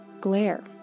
Glare